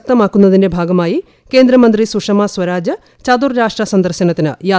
ശക്തമാക്കുന്നതിന്റെ ഭാഗമായി കേന്ദ്ര മന്ത്രി സുഷമ സ്വരാജ് ചതുർരാഷ്ട്ര സന്ദർശനത്തിന് യാത്ര തിരിച്ചു